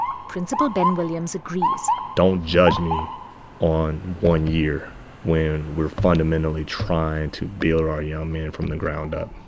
principal ben williams agrees don't judge me on one year when we're fundamentally trying to build our young men from the ground up,